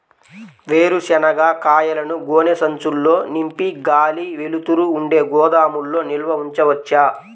వేరుశనగ కాయలను గోనె సంచుల్లో నింపి గాలి, వెలుతురు ఉండే గోదాముల్లో నిల్వ ఉంచవచ్చా?